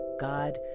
God